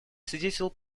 содействовал